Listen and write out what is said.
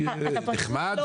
זה נחמד,